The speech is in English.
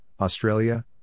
Australia